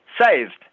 saved